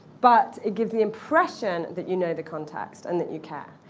but it gives the impression that you know the context and that you care.